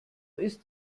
ist